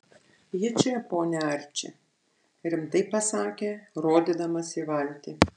ji čia pone arči rimtai pasakė rodydamas į valtį